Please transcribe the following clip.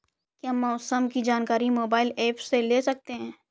क्या मौसम की जानकारी मोबाइल ऐप से ले सकते हैं?